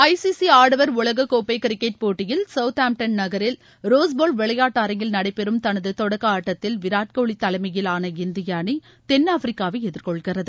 ஐ C C ஆடவர் உலகக் கோப்பை கிரிக்கெட் போட்டியில் சவுத் ஆம்டன் நகரின் ரோஸ்பவல் விளையாட்டு அரங்கில் நடைபெறும் தனது தொடக்க ஆட்டத்தில் விராட் கோலி தலைமையிலான இந்திய அணி தென்னாப்பிரிக்காவை எதிர்கொள்கிறது